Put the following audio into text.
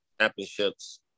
championships